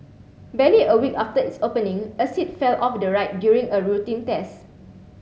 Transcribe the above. barely a week after its opening a seat fell off the ride during a routine test